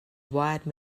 wide